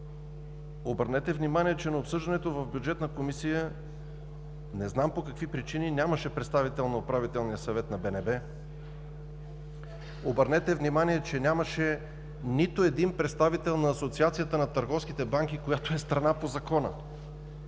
обърнете внимание, че на обсъждането в Бюджетната комисия не знам по какви причини нямаше представител на Управителния съвет на БНБ. Обърнете внимание, че нямаше нито един представител на Асоциацията на търговските банки, която е страна по Закона.